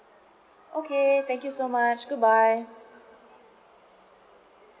okay thank you so much goodbye